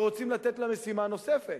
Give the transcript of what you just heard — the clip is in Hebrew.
ורוצים לתת לה משימה נוספת.